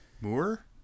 Moore